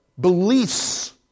beliefs